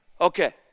Okay